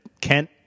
Kent